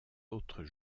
autres